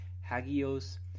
Hagios